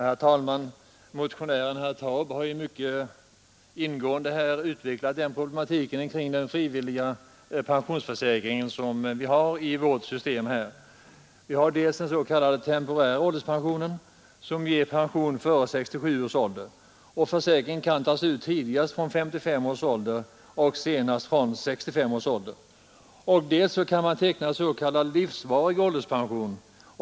Herr talman! Motionären herr Taube har mycket ingående tecknat problematiken kring den frivilliga pensionsförsäkring som ingår i vårt pensionsförsäkringssystem. Vi har dels den s.k. temporära ålderspensionen som ger pension före 67 års ålder — försäkringen kan tas ut tidigast från 55 års ålder och senast från 65 års ålder — dels den s.k. livsvariga ålderspensionen.